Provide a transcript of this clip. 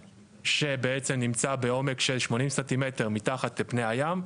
שבעצם נמצא בעומק של 80 סנטימטר מתחת לפני הים,